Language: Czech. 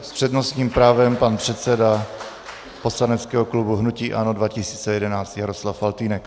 S přednostním právem pan předseda poslaneckého klubu hnutí ANO 2011 Jaroslav Faltýnek.